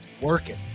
working